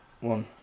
one